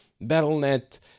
Battle.net